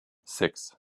six